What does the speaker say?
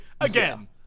again